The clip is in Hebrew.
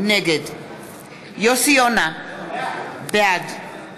נגד יוסי יונה, בעד